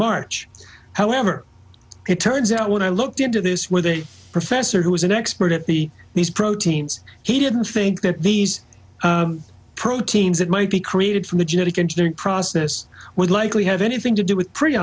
march however it turns out when i looked into this with a professor who was an expert at the these proteins he didn't think that these proteins that might be created from the genetic engineering process would likely have anything to do with pre